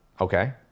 Okay